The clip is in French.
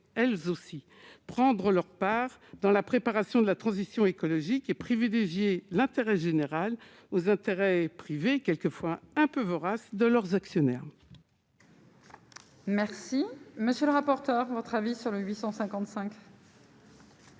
elles aussi prendre leur part dans la préparation de la transition écologique et privilégier l'intérêt général, aux intérêts privés, quelques fois un peu vorace de leurs actionnaires. Merci, monsieur le rapporteur, votre avis sur le 855.